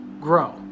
grow